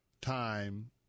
time